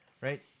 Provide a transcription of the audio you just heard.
right